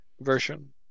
version